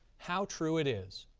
how true it is.